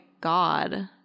God